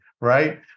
right